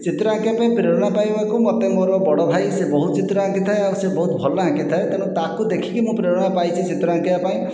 ଚିତ୍ର ଆଙ୍କିବା ପାଇଁ ପ୍ରେରଣା ପାଇବାକୁ ମୋତେ ମୋର ବଡ଼ ଭାଇ ସେ ବହୁତ ଚିତ୍ର ଆଙ୍କିଥାଏ ଆଉ ସେ ବହୁତ ଭଲ ଆଙ୍କିଥାଏ ତେଣୁ ତାକୁ ଦେଖିକି ମୁଁ ପ୍ରେରଣା ପାଇଛି ଚିତ୍ର ଆଙ୍କିବା ପାଇଁ